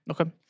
Okay